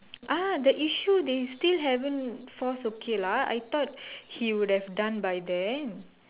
ah the issue they still haven't force okay lah I thought he would have done by then